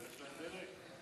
חברים, הצעת חוק המאבק בטרור (תיקון מס' 4)